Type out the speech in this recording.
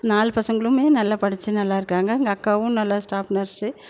நாலு பசங்களுமே நல்லா படித்து நல்லா இருக்காங்க எங்கள் அக்காவும் நல்லா ஸ்டாஃப் நர்ஸு